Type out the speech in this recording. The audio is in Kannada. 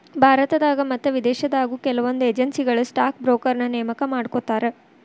ಭಾರತದಾಗ ಮತ್ತ ವಿದೇಶದಾಗು ಕೆಲವೊಂದ್ ಏಜೆನ್ಸಿಗಳು ಸ್ಟಾಕ್ ಬ್ರೋಕರ್ನ ನೇಮಕಾ ಮಾಡ್ಕೋತಾರ